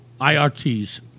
IRTs